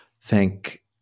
Thank